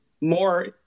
more